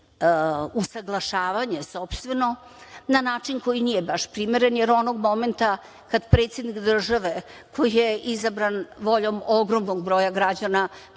usaglašavanje sopstveno na način koji nije baš primeren, jer onog momenta kada predsednik države, koji je izabran voljom ogromnog broja građana,